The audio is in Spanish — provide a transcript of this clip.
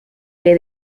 que